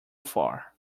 far